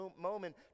moment